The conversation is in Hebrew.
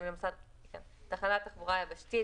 כנראה שמצב התחלואה מצוין,